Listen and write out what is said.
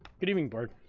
good evening board,